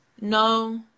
No